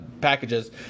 packages